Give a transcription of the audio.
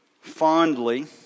fondly